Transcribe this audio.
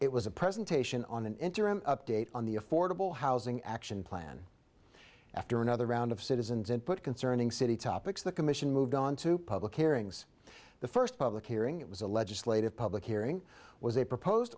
it was a presentation on an interim update on the affordable housing action plan after another round of citizens input concerning city topics the commission moved on to public hearings the first public hearing it was a legislative public hearing was a proposed